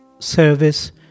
service